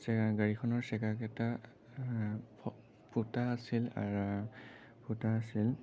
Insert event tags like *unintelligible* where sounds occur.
*unintelligible* গাড়ীখনৰ চকাকেইটা ফুটা আছিল ফুটা আছিল